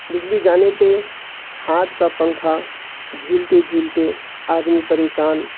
بجلی جانے پہ ہاتھ کا پنکھا جھلتے جھلتے آدمی پریشان